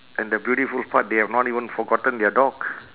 and the beautiful part they have not even forgotten their dog